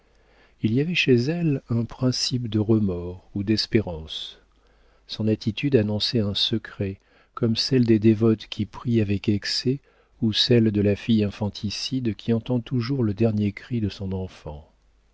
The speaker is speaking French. il y avait chez elle un principe de remords ou d'espérance son attitude annonçait un secret comme celle des dévotes qui prient avec excès ou celle de la fille infanticide qui entend toujours le dernier cri de son enfant